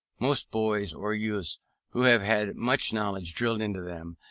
most boys or youths who have had much knowledge drilled into them,